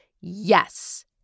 yes